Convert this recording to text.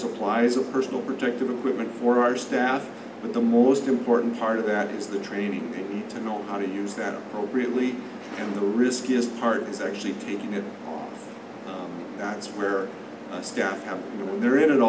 supplies of personal protective equipment for our staff but the most important part of that is the training to know how to use that appropriately and the riskiest part is actually taking it that's where i stand there it a